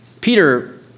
Peter